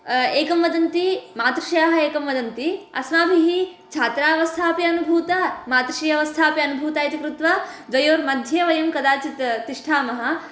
एकं वदन्ति मातृश्र्यः एकं वदन्ति अस्माभिः छात्रावस्था अपि अनुभूता मातृश्री अवस्थाऽपि अनुभूता इति कृत्वा द्वयोर्मध्ये वयं कदाचित् तिष्ठामः